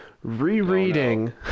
rereading